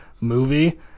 movie